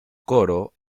coro